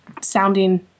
sounding